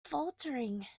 faltering